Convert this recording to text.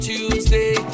Tuesday